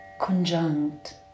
conjunct